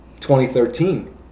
2013